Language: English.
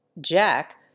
Jack